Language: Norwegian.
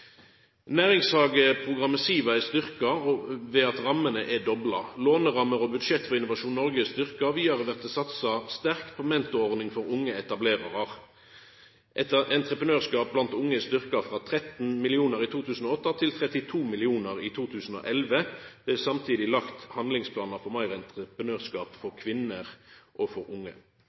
er styrkt ved at rammene er dobla. Lånerammer og budsjett for Innovasjon Norge er styrkte. Vidare blir det satsa sterkt på mentorordning for unge etablerarar. Entreprenørskap blant unge er styrkt frå 13 mill. kr i 2008 til 32 mill. kr i 2011. Det er samtidig lagt fram handlingsplanar for meir entreprenørskap for kvinner og for unge.